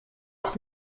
auch